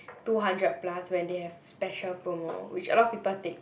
two hundred plus when they have special promo which a lot of people take